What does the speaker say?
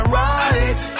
right